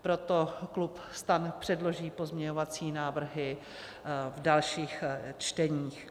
Proto klub STAN předloží pozměňovací návrhy v dalších čteních.